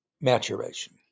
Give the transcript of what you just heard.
maturation